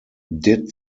did